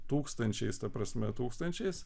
tūkstančiais ta prasme tūkstančiais